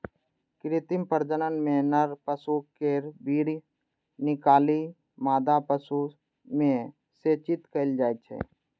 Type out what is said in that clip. कृत्रिम प्रजनन मे नर पशु केर वीर्य निकालि मादा पशु मे सेचित कैल जाइ छै